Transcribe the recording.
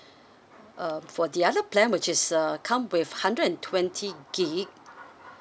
uh for the other plan which is uh come with hundred and twenty gig